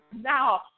now